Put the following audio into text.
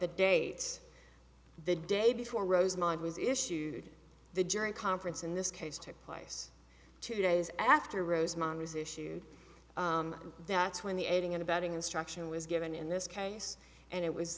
the date the day before rosemont was issued the jury conference in this case took place two days after rosemont was issued that's when the aiding and abetting instruction was given in this case and it was